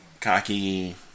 cocky